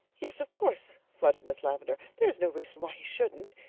yes, of course, fluttered miss lavendar. there is no reason why he shouldn't.